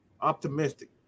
optimistic